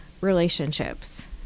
relationships